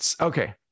okay